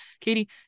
Katie